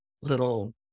little